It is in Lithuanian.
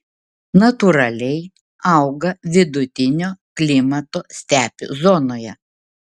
natūraliai auga vidutinio klimato stepių zonoje